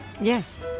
yes